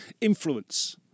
influence